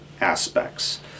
aspects